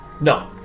No